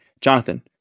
Jonathan